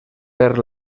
per